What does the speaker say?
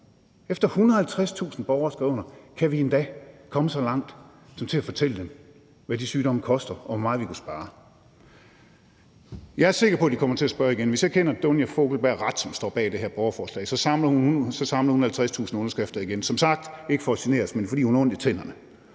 efter at 150.000 borgere har skrevet under – har fået os så langt, at vi kan fortælle dem, hvad de sygdomme koster, og hvor meget vi kunne spare. Jeg er sikker på, at de kommer til at spørge igen. Hvis jeg kender Dunja Fogelberg Hansen, som står bag det her borgerforslag, ret, så samler hun 50.000 underskrifter igen – som sagt ikke for at genere os, men fordi hun har ondt i tænderne